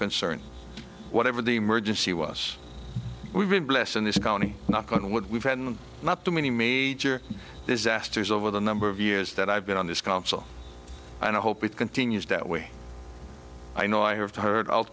concern whatever the emergency was we've been blessed in this county knock on wood we've had not too many major disasters over the number of years that i've been on this council and i hope it continues that way i know i have heard of